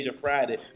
Friday